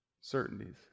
certainties